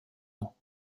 ans